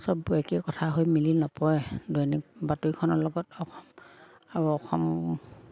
চব কথা হৈ মিলি নপৰে দৈনিক বাতৰিখনৰ লগত অসম আৰু অসম